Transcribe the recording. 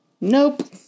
Nope